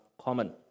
common